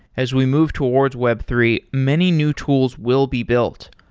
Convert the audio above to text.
as we move towards web three, many new tools will be built.